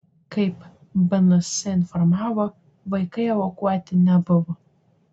kaip bns informavo vaikai evakuoti nebuvo